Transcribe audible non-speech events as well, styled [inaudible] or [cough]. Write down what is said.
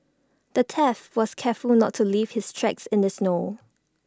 the [unintelligible] was careful to not leave his tracks in the snow